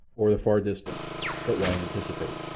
or the far-distant but why anticipate?